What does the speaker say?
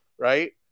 Right